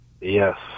Yes